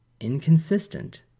inconsistent